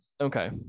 Okay